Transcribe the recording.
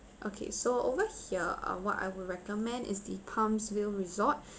okay so over here uh what I would recommend is the palmsville resort